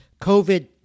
COVID